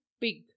pig